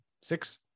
six